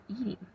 eating